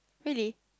really